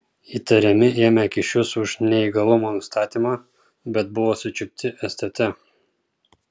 įtariami ėmę kyšius už neįgalumo nustatymą bet buvo sučiupti stt